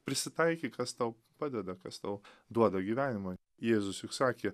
prisitaikyk kas tau padeda kas tau duoda gyvenimą jėzus juk sakė